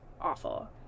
awful